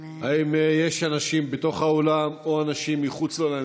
האם יש אנשים בתוך האולם או אנשים מחוץ לאולם?